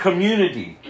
Community